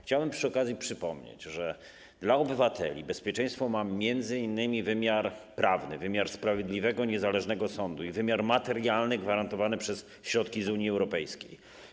Chciałbym przy okazji przypomnieć, że dla obywateli bezpieczeństwo ma między innymi wymiar prawny, wymiar sprawiedliwego, niezależnego sądu i wymiar materialny, gwarantowany przez środki z Unii Europejskiej.